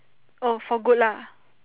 oh for good lah